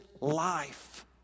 life